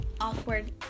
awkward